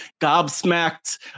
gobsmacked